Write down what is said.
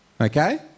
okay